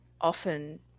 often